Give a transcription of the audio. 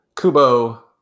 Kubo